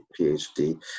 PhD